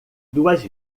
duas